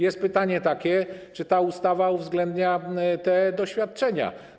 Jest takie pytanie: Czy ta ustawa uwzględnia te doświadczenia?